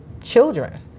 children